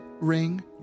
ring